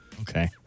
Okay